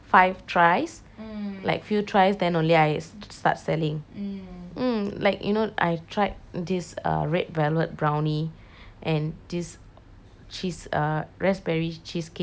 like few tries then only I start selling mm like you know I tried this uh red velvet brownie and this cheese uh raspberry cheesecake brownie is the best